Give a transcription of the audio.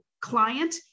client